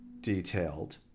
detailed